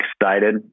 excited